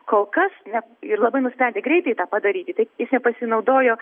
kol kas ne ir labai nusprendė greitai tą padaryti tai jis nepasinaudojo